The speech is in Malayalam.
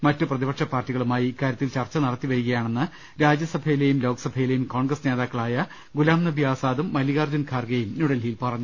മറ്റു പ്രതിപക്ഷപാർട്ടികളുമായി ഇക്കാര്യത്തിൽ ചർച്ച നടത്തിവരികയാ ണെന്ന് രാജ്യസഭയിലെയും ലോക്സഭയിലെയും കോൺഗ്രസ് നേതാക്കളായ ഗുലാം നബി ആസാദും മല്ലികാർജ്ജുൻ ഖാർഗെയും ന്യൂഡൽഹിയിൽ പറ ഞ്ഞു